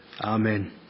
Amen